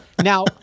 Now